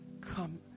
come